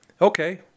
okay